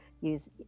use